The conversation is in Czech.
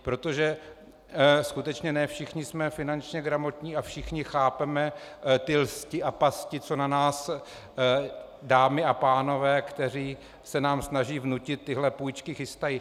Protože skutečně ne všichni jsme finančně gramotní a všichni chápeme lsti a pasti, co na nás dámy a pánové, kteří se nám snaží vnutit tyhle půjčky, chystají.